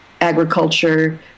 agriculture